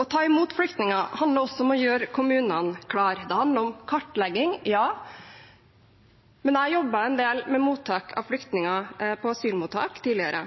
Å ta imot flyktninger handler også om å gjøre kommunene klare. Det handler om kartlegging, ja, men jeg har jobbet en del med mottak av flyktninger på asylmottak tidligere,